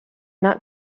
not